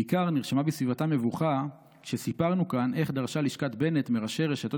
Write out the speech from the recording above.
בעיקר נרשמה בסביבתם מבוכה כשסיפרנו כאן איך דרשה לשכת בנט מראשי רשתות